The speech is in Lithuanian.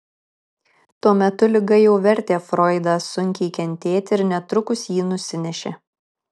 tuo metu liga jau vertė froidą sunkiai kentėti ir netrukus jį nusinešė